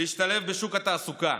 להשתלב בשוק התעסוקה.